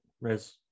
res